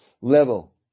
level